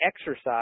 exercise